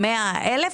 100,000,